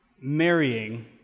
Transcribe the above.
marrying